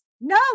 No